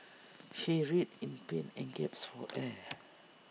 he writhed in pain and gasped for air